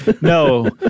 no